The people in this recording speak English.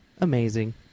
Amazing